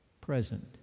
present